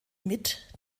mit